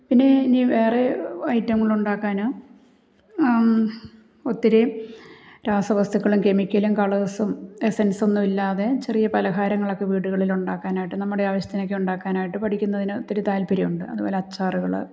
പിന്നെ ഇനി വേറെ ഐറ്റംങ്ങളുണ്ടാക്കാൻ ഒത്തിരി രാസവസ്തുക്കളും കെമിക്കലും കളേഴ്സ്സും എസൻസ്സൊന്നുമില്ലാതെ ചെറിയ പലഹാരങ്ങളൊക്കെ വീടുകളിലുണ്ടാക്കാനായിട്ട് നമ്മുടെ ആവശ്യത്തിനൊക്കെ ഉണ്ടാക്കാനായിട്ട് പഠിക്കുന്നതിന് ഒത്തിരി താത്പര്യമുണ്ട് അതുപോലെ അച്ചാറുകൾ